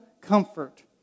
Comfort